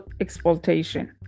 exploitation